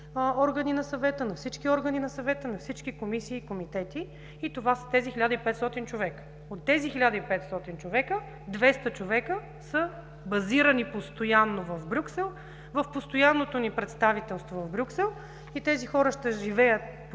органи на Съвета, на всички органи на Съвета, на всички комисии и комитета, а това са тези 1500 човека. От тях 200 човека са базирани постоянно в Брюксел – в постоянното ни представителство в Брюксел, и тези хора ще живеят постоянно